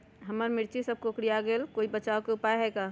हमर मिर्ची सब कोकररिया गेल कोई बचाव के उपाय है का?